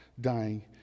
dying